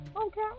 Okay